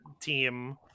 team